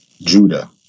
Judah